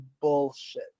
bullshit